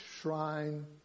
shrine